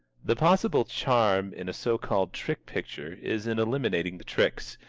the possible charm in a so-called trick picture is in eliminating the tricks,